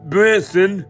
Branson